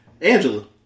Angela